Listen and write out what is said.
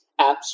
apps